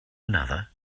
another